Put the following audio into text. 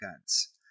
guns